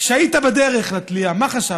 כשהיית בדרך לתלייה, מה חשבת?